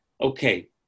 okay